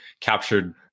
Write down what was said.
captured